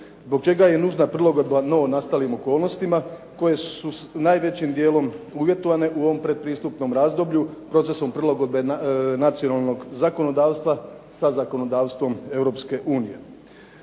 Zbog čega je i nužna prilagodba novonastalim okolnostima koje su najvećim dijelom uvjetovane u ovom pretpristupnom razdoblju procesom prilagodbe nacionalnog zakonodavstva sa zakonodavstvom EU. U ovome